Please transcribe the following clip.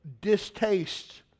Distaste